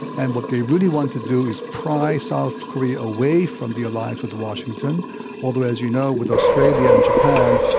and what they really want to do is pry south korea away from the alliance with washington although as you know with australia and japan,